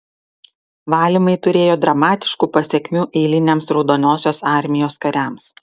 valymai turėjo dramatiškų pasekmių eiliniams raudonosios armijos kariams